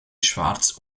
schwarz